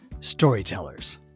Storytellers